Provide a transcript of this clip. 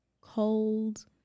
Cold